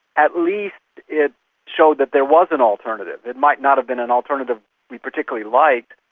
at least it showed that there was an alternative. it might not have been an alternative we particularly liked,